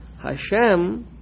Hashem